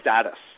status